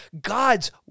God's